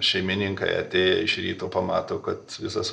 šeimininkai atėję iš ryto pamato kad visas